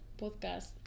Podcast